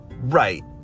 right